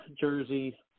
Jersey